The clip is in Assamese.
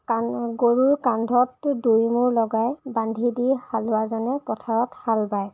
কান গৰুৰ কান্ধত দুই মূৰ লগাই বান্ধি দি হালোৱাজনে পথাৰত হাল বায়